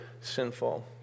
sinful